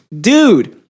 dude